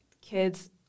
kids